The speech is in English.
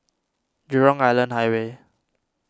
Jurong Island Highway